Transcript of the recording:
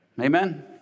Amen